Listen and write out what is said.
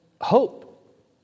hope